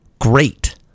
great